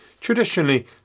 Traditionally